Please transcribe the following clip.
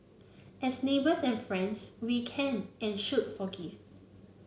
as neighbours and friends we can and should forgive